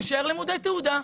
להישאר לימודי תעודה?